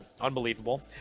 unbelievable